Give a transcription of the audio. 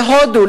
להודו,